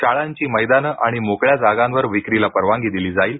शाळांची मैदानं आणि मोकळ्या जागांवर विक्रीला परवानगी दिली जाईल